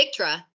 Victra